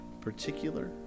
particular